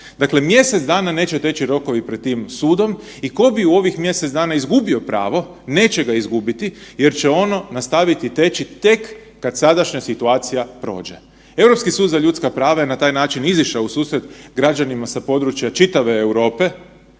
Dakle, mjesec dana neće teći rokova pred tim sudom i tko bi u ovih mjesec dana izgubio pravo, neće ga izgubiti jer će ono nastaviti teći tek kad sadašnja situacija prođe. Europski sud za ljudska prava je na taj način izišao u susret građanima sa područja čitave Europe,